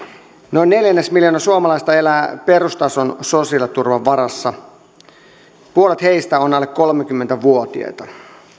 noin neljännesmiljoona suomalaista elää perustason sosiaaliturvan varassa puolet heistä on alle kolmekymmentä vuotiaita